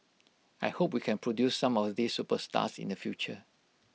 I hope we can produce some of these superstars in the future